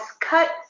cut